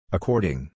According